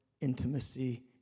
intimacy